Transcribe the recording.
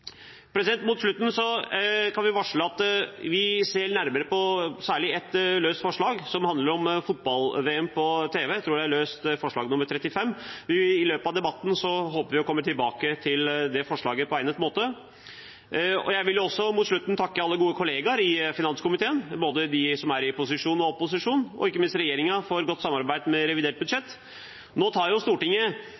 kan varsle at vi ser nærmere på særlig ett forslag, som handler om fotball-VM på tv – jeg tror det er forslag nr. 35. I løpet av debatten håper vi å komme tilbake til det forslaget på egnet måte. Jeg vil til slutt takke alle gode kolleger i finanskomiteen fra både posisjon og opposisjon og ikke minst regjeringen for et godt samarbeid om revidert